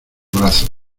brazos